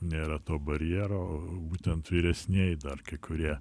nėra to barjero būtent vyresnieji dar kai kurie